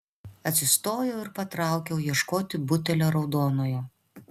atsistojau ir patraukiau ieškoti butelio raudonojo